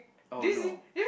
oh no